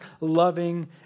loving